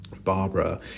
Barbara